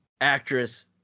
actress